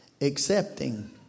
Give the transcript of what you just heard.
accepting